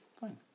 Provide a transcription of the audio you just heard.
fine